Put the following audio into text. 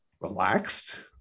relaxed